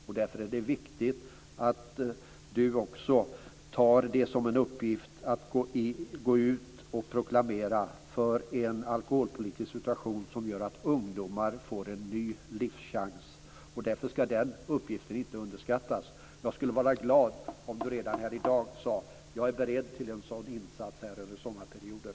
Det är viktigt att han tar som en uppgift att proklamera en alkoholpolitisk situation som gör att ungdomar får en ny livschans. Den uppgiften skall inte underskattas. Jag skulle vara glad om Lars Engqvist redan i dag sade att han är beredd till en sådan insats över sommarperioden.